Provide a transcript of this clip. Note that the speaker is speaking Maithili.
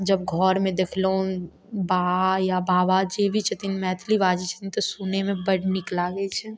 जब घरमे देखलौँ बा या बाबा जे भी छथिन मैथिली बाजै छथिन तऽ सुनैमे बड्ड नीक लागै छै